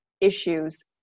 issues